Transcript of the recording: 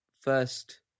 first